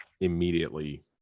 immediately